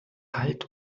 halt